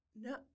No